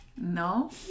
No